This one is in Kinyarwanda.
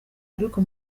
ariko